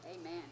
Amen